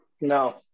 No